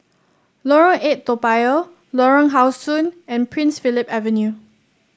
Lorong Eight Toa Payoh Lorong How Sun and Prince Philip Avenue